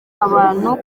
abantu